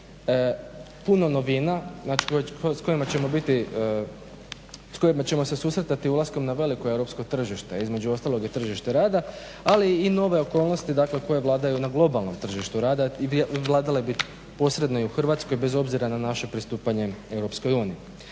ćemo biti i s kojima ćemo se susretati ulaskom na veliko europsko tržište između ostalog i tržište rada ali i nove okolnosti koje vladaju na globalnom tržištu rada i vladale bi posredno u Hrvatskoj bez obzira na naše pristupanje EU.